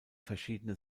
verschiedene